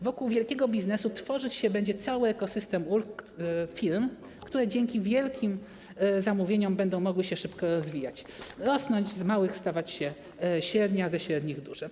Wokół wielkiego biznesu tworzyć się będzie cały ekosystem ulg dla firm, które dzięki wielkim zamówieniom będą mogły się szybko rozwijać, rosnąć, z małych stawać się średnimi, a ze średnich - dużymi.